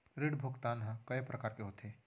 ऋण भुगतान ह कय प्रकार के होथे?